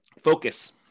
Focus